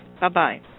Bye-bye